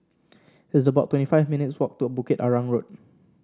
it's about twenty five minutes' walk to Bukit Arang Road